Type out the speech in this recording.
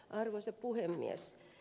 arvoisa puhemies